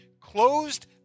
closed